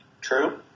True